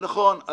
נכון.